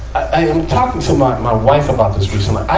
i am talking to my, my wife about this recently. i